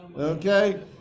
okay